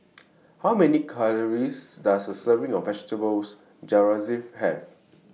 How Many Calories Does A Serving of Vegetable Jalfrezi Have